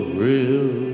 real